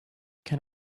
can